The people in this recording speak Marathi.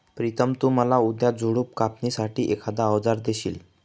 प्रितम तु मला उद्या झुडप कापणी साठी एखाद अवजार देशील?